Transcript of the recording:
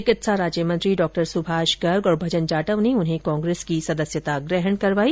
चिकित्सा राज्य मंत्री डॉ सुभाष गर्ग और भजन जाटव ने उन्हें कांग्रेस की सदस्यता ग्रहण करवाई